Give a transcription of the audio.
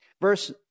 Verse